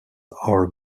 are